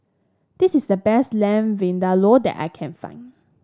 this is the best Lamb Vindaloo that I can find